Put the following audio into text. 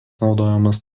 naudojamas